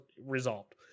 resolved